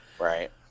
Right